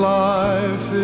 life